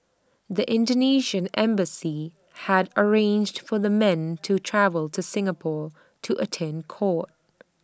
the Indonesian embassy had arranged for the men to travel to Singapore to attend court